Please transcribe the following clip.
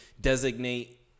designate